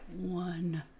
one